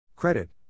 Credit